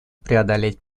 преодолеть